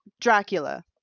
Dracula